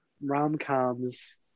rom-coms